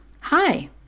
Hi